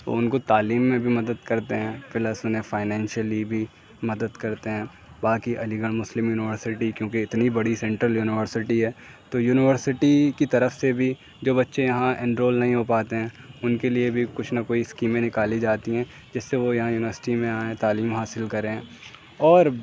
وہ ان کو تعلیم میں بھی مدد کرتے ہیں پلس انہیں فائنانشیلی بھی مدد کرتے ہیں باقی علی گڑھ مسلم یونیورسٹی کیونکہ اتنی بڑی سنٹرل یونیورسٹی ہے تو یونیورسٹی کی طرف سے بھی جو بچے یہاں انرول نہیں ہو پاتے ہیں ان کے لیے بھی کچھ نہ کوئی اسکیمیں نکالی جاتی ہیں جس سے وہ یہاں یونیورسٹی میں آئیں تعلیم حاصل کریں اور